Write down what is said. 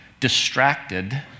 Distracted